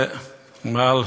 מעל